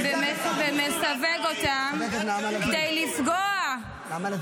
-- ומסווג אותם כדי לפגוע -- חברת הכנסת נעמה לזימי.